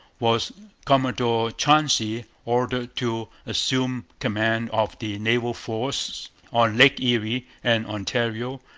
was commodore chauncey ordered to assume command of the naval force on lakes erie and ontario,